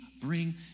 bring